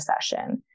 session